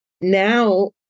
now